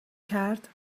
کرد